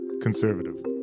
conservative